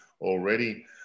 already